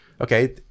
Okay